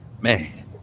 man